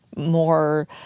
More